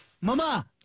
Mama